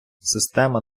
система